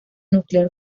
nuclear